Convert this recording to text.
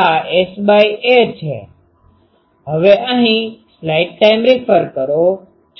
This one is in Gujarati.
આ S"a" છે